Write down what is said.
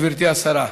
גברתי השרה,